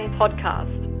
podcast